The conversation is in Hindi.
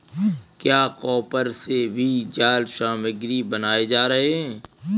क्या कॉपर से भी जाल सामग्री बनाए जा रहे हैं?